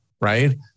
Right